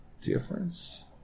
difference